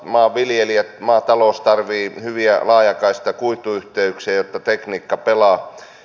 maanviljelijät maatalous tarvitsevat hyviä laajakaista kuituyhteyksiä jotta tekniikka pelaa